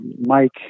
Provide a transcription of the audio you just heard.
Mike